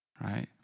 right